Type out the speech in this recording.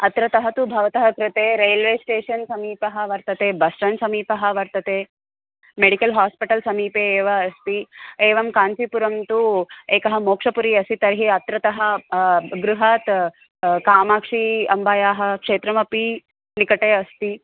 अत्रतः तु भवतः कृते रैल्वे स्टेशन् समीपः वर्तते बस् स्टाण्ड् समीपः वर्तते मेडिकल् हास्पिटल् समीपे एव अस्ति एवं काञ्चीपुरं तु एकः मोक्षपुरी अस्ति तर्हि अत्रतः गृहात् कामाक्षी अम्बायाः क्षेत्रमपि निकटे अस्ति